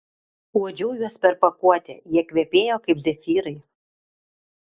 uodžiau juos per pakuotę jie kvepėjo kaip zefyrai